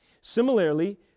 Similarly